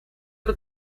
эта